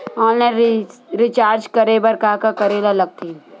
Online recharge करे बर का का करे ल लगथे?